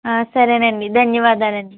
సరేనండి ధన్యవాదాలు అండి